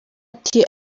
ati